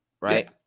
right